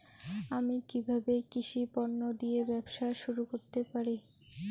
আমি কিভাবে কৃষি পণ্য দিয়ে ব্যবসা শুরু করতে পারি?